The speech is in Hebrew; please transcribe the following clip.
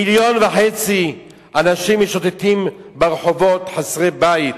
מיליון וחצי אנשים משוטטים ברחובות חסרי בית,